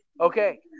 Okay